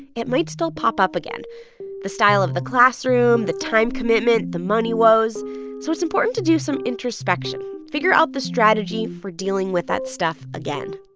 it might still pop up again the style of the classroom, the time commitment, the money woes so it's important to do some introspection. figure out the strategy for dealing with that stuff again